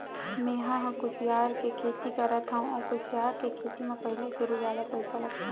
मेंहा ह कुसियार के खेती करत हँव अउ कुसियार के खेती म पहिली सुरु जादा पइसा लगथे